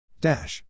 Dash